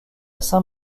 saint